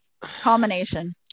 Culmination